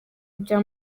bya